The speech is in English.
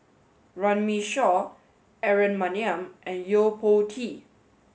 Runme Shaw Aaron Maniam and Yo Po Tee